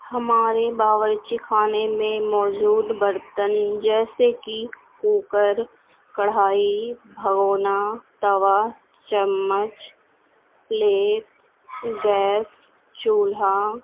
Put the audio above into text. ہمارے باورچی خانے میں موجود برتن جیسے کہ کوکر کڑھائی بھگونا توا چمچ پلیٹ گیس چولہا